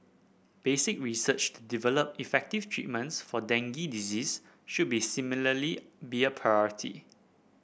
basic research to develop effective treatments for dengue disease should be similarly be a priority